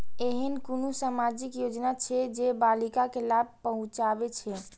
ऐहन कुनु सामाजिक योजना छे जे बालिका के लाभ पहुँचाबे छे?